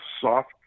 soft